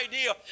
idea